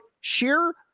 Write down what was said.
sheer